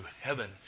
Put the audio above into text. heaven